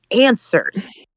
answers